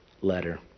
letter